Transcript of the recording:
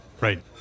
Right